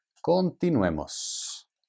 Continuemos